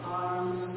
arms